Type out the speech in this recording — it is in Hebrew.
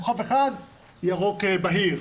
כוכב אחד ירוק בהיר,